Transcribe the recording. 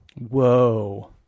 Whoa